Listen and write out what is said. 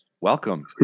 welcome